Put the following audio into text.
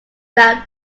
than